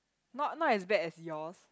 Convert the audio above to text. not not as bad as yours